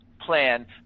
plan